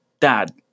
Dad